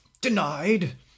denied